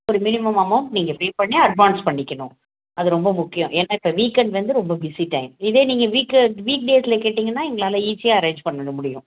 ஒரு minimum amount நீங்கள் pay பண்ணி அட்வான்ஸ் பண்ணிக்கணும் அது ரொம்ப முக்கியம் ஏன்னா இப்போ வீக் எண்ட் வந்து ரொம்ப பிஸி டைம் இதே நீங்கள் வீக்கு வீக் டேஸில் கேட்டீங்கன்னா எங்களால் ஈஸியாக அரேஞ்ச் பண்ணிவிட முடியும்